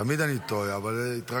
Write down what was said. תמיד אני טועה, אבל התרגלתי.